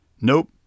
Nope